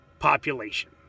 Population